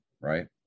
right